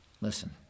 Listen